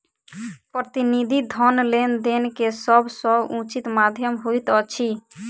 प्रतिनिधि धन लेन देन के सभ सॅ उचित माध्यम होइत अछि